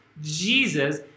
Jesus